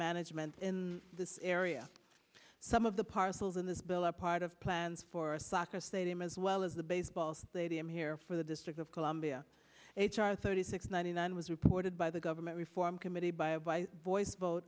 management in this area some of the parcels in this bill are part of plans for a soccer stadium as well as the baseball stadium here for the district of columbia h r thirty six ninety nine was reported by the government reform committee by voice vote